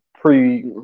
pre